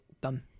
done